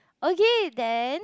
okay then